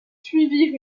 suivirent